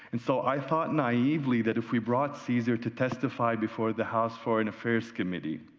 and so, i thought naively that if we brought caesar to testify before the house foreign affairs committee